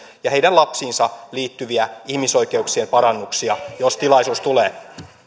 ja heidän lapsiinsa liittyviä ihmisoikeuksien parannuksia jos tilaisuus tulee